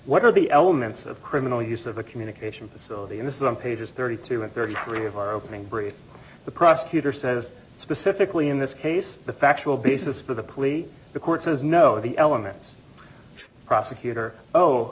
what are the elements of criminal use of a communication facility and this is on page thirty two and thirty three of our opening brief the prosecutor says specifically in this case the factual basis for the pally the court says no the elements prosecutor oh